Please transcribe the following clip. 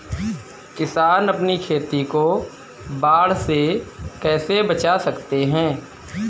किसान अपनी खेती को बाढ़ से कैसे बचा सकते हैं?